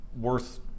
worth